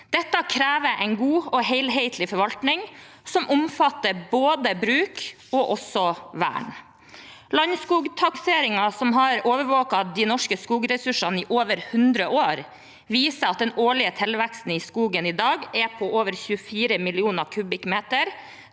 Dette krever en god og helhetlig forvaltning som omfatter både bruk og vern. Landsskogtakseringen, som har overvåket de norske skogressursene i over 100 år, viser at den årlige tilveksten i skogen i dag er på over 24 millioner m³,